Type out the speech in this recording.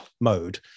mode